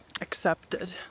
accepted